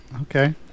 Okay